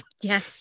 yes